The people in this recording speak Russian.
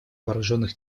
вооруженных